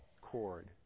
cord